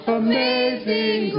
amazing